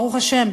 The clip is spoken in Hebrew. ברוך השם,